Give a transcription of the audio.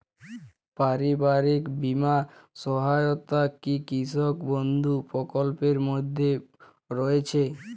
পারিবারিক বীমা সহায়তা কি কৃষক বন্ধু প্রকল্পের মধ্যে রয়েছে?